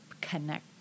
connect